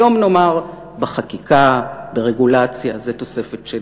היום נאמר: בחקיקה, ברגולציה, זו תוספת שלי.